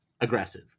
aggressive